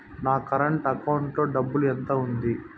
నా current account లో డబ్బులు ఎంత ఉంది?